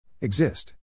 Exist